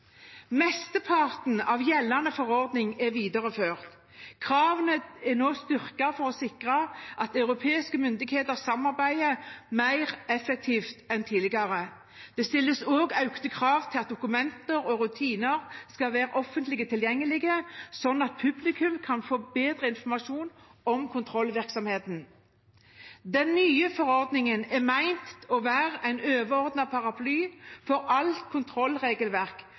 Mesteparten av gjeldende forordning er videreført. Kravene er nå styrket for å sikre at europeiske myndigheter samarbeider mer effektivt enn tidligere. Det stilles også økte krav til at dokumenter og rutiner skal være offentlig tilgjengelig, slik at publikum kan få bedre informasjon om kontrollvirksomheten. Den nye forordningen er ment å være en overordnet paraply for alt kontrollregelverk,